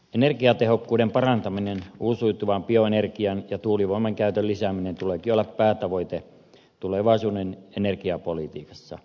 energiatehokkuuden parantamisen uusiutuvan bioenergian ja tuulivoiman käytön lisäämisen tuleekin olla päätavoite tulevaisuuden energiapolitiikassa